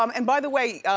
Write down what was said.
um and by the way,